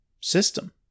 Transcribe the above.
system